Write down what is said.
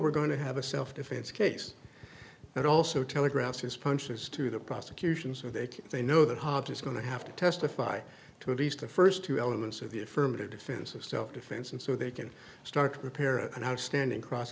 we're going to have a self defense case that also telegraphed his punches to the prosecution so they can they know that harvey is going to have to testify to at least the first two elements of the affirmative defense of self defense and so they can start to prepare an outstanding cross